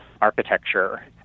architecture